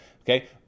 okay